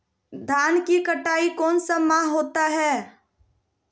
धान की कटाई कौन सा माह होता है?